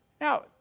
Now